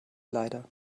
leider